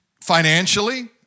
financially